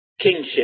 kingship